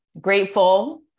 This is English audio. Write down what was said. grateful